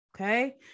okay